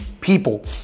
people